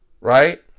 right